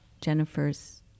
Jennifer's